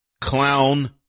Clown